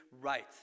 right